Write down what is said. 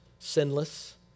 sinless